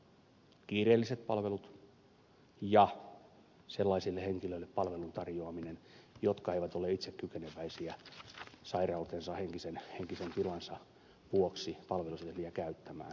kiireelliset palvelut ja sellaisille henkilöille palvelun tarjoaminen jotka eivät ole itse kykeneväisiä sairautensa henkisen tilansa vuoksi palveluseteliä käyttämään